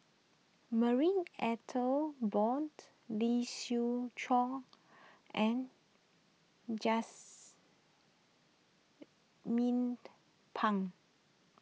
Marie Ethel Bong Lee Siew Choh and Pang